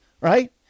right